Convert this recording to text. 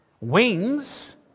Wings